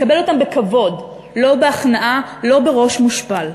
לקבל אותם בכבוד, לא בהכנעה, לא בראש מושפל.